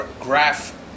graph